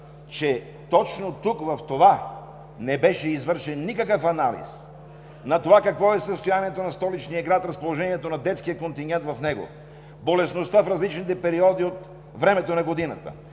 че точно тук не беше извършен никакъв анализ на това какво е състоянието на столичния град и разположението на детския контингент в него, болестността в различните периоди от времето на годината,